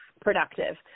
productive